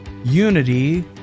Unity